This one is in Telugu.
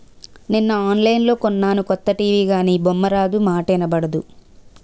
నిన్న ఆన్లైన్లో కొన్నాను కొత్త టీ.వి గానీ బొమ్మారాదు, మాటా ఇనబడదు